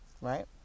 Right